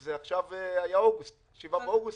זה היה 7 באוגוסט.